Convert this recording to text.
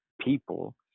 people